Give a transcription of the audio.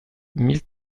mille